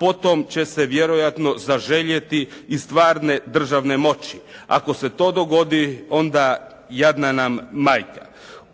potom će se vjerojatno zaželjeti i stvarne državne moći. Ako se to dogodi, onda jadna nam majka.